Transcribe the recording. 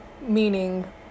Meaning